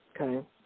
okay